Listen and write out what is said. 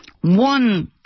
one